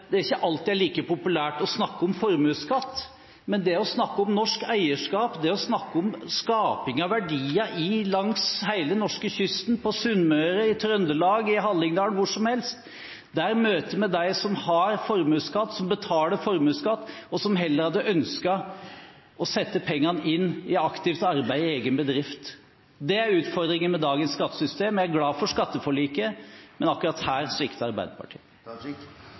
at det ikke alltid er like populært å snakke om formuesskatt, men vi snakker om norsk eierskap og om å skape verdier langs hele norskekysten, på Sunnmøre, i Trøndelag, i Hallingdal – hvor som helst. Der møter vi dem som betaler formuesskatt, og som heller hadde ønsket å sette pengene inn i aktivt arbeid i egen bedrift. Det er utfordringen med dagens skattesystem. Jeg er glad for skatteforliket, men akkurat her svikter Arbeiderpartiet.